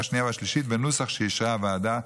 השנייה והשלישית בנוסח שאישרה הוועדה.